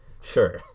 Sure